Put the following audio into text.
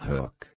Hook